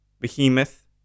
Behemoth